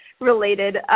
related